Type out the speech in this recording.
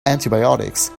antibiotics